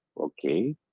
okay